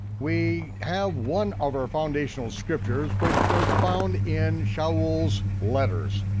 we have one of our foundational scriptures which is found in shaul's letters,